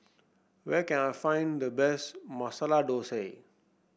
where can I find the best Masala Dosa